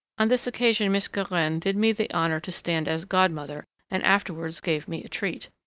on this occasion miss guerin did me the honour to stand as godmother, and afterwards gave me a treat.